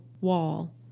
wall